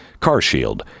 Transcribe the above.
CarShield